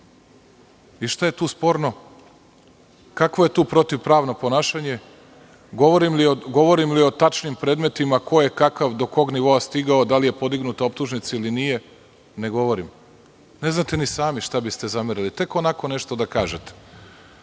Šta je tu sporno, kakvo je tu protivpravno ponašanje, govorim li o tačnim predmetima ko je kakav i do kog nivoa stigao, da li je podignuta optužnica ili nije, ne govorim. Ne znate ni sami šta biste zamerili, tek onako nešto da kažete.